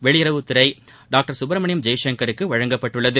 வெளியுறவுத்துறை டாக்டர் சுப்ரமணியம் ஜெய்சங்கருக்கு வழங்கப்பட்டுள்ளது